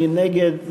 מי נגד?